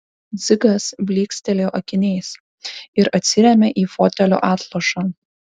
dzigas blykstelėjo akiniais ir atsirėmė į fotelio atlošą